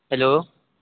hello